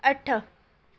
अठ